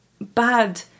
bad